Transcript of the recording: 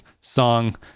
song